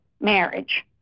marriage